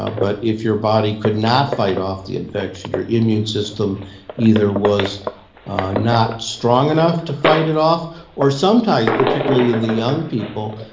ah but if your body could not fight off the infection your immune system either was not strong enough to fight it off or sometimes, particularly in the young people,